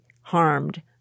harmed